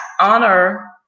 honor